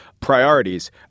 priorities